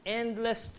endless